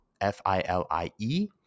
F-I-L-I-E